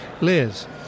Liz